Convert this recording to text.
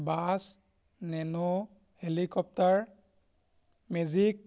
bus nano helicopter magic